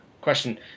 question